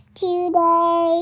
today